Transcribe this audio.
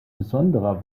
besonderer